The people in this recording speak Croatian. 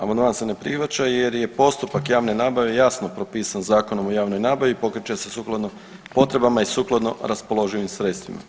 Amandman se ne prihvaća jer je postupak javne nabave jasno propisan Zakonom o javnoj nabavi i pokreće se sukladno potrebama i sukladno raspoloživim sredstvima.